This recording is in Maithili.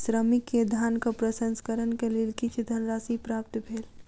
श्रमिक के धानक प्रसंस्करणक लेल किछ धनराशि प्राप्त भेल